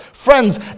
Friends